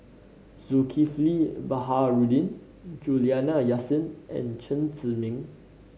Zulkifli Baharudin Juliana Yasin and Chen Zhiming